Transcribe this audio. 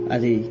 Adi